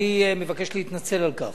אני מבקש להתנצל על כך.